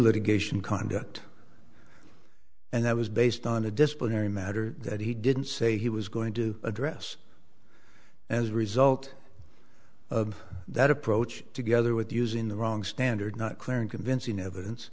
litigation conduct and that was based on a disciplinary matter that he didn't say he was going to address as a result of that approach together with using the wrong standard not clear and convincing evidence